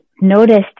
noticed